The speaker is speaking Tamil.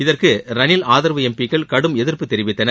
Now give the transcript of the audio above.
இதற்கு ரணில் ஆதரவு எம்பிக்கள் கடும் எதிர்ப்பு தெரிவித்தனர்